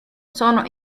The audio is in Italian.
sono